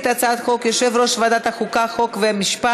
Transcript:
(תשדיר פרסומת שאורכה אינו עולה על דקה),